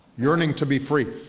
yearning to be free.